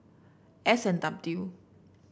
S and W